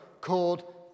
called